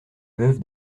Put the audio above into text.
veuve